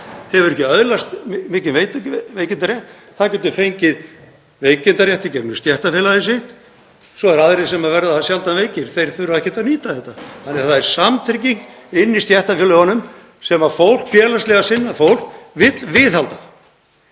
hefur ekki öðlast mikinn veikindarétt. Það getur fengið veikindarétt í gegnum stéttarfélagið sitt. Svo eru aðrir sem verða sjaldan veikir, þeir þurfa ekkert að nýta þetta. Það er samtrygging í stéttarfélögunum sem félagslega sinnað fólk vill viðhalda.